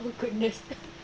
oh goodness